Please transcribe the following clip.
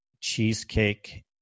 cheesecake